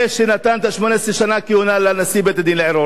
את 18 שנות הכהונה לנשיא בית-הדין לערעורים.